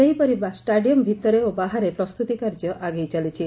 ସେହିପରି ଷ୍ଟାଡିୟମ୍ ଭିତରେ ଓ ବାହାରେ ପ୍ରସ୍ତୁତି କାର୍ଯ୍ୟ ଆଗେଇ ଚାଲିଛି